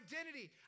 identity